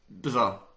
bizarre